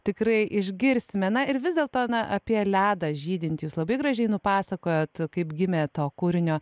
tikrai išgirsime na ir vis dėlto na apie ledą žydintį jūs labai gražiai nupasakojot kaip gimė to kūrinio